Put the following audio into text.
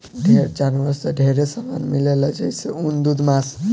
ढेर जानवर से ढेरे सामान मिलेला जइसे ऊन, दूध मांस